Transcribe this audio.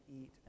eat